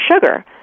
sugar